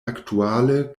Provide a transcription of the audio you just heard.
aktuale